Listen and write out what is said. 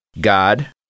God